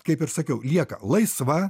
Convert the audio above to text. kaip ir sakiau lieka laisva